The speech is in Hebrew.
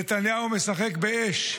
נתניהו משחק באש,